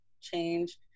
change